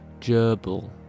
gerbil